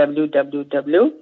www